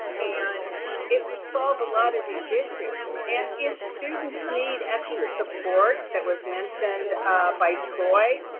and it will solve a lot of these issues. and if students need extra support, that was mentioned by troy,